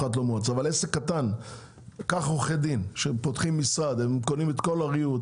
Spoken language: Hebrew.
אבל קח עורכי דין שפותחים משרד וקונים את כל הריהוט,